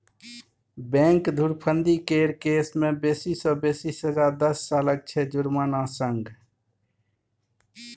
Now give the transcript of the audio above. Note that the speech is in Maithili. बैंक धुरफंदी केर केस मे बेसी सँ बेसी सजा दस सालक छै जुर्माना संग